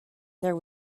there